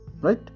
right